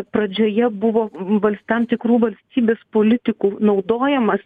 pradžioje buvo vals tam tikrų valstybės politikų naudojamas